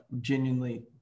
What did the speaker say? genuinely